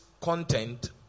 content